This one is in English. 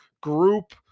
group